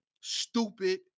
stupid